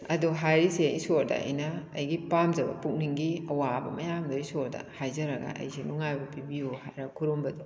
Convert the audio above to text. ꯑꯗꯨ ꯍꯥꯏꯔꯤꯁꯦ ꯏꯁꯣꯔꯗ ꯑꯩꯅ ꯑꯩꯒꯤ ꯄꯥꯝꯖꯕ ꯄꯨꯛꯅꯤꯡꯒꯤ ꯑꯋꯥꯕ ꯃꯌꯥꯝꯗꯣ ꯏꯁꯣꯔꯗ ꯍꯥꯏꯖꯔꯒ ꯑꯩꯁꯦ ꯅꯨꯡꯉꯥꯏꯕ ꯄꯤꯕꯤꯌꯨ ꯍꯥꯏꯔ ꯈꯨꯔꯨꯝꯕꯗꯣ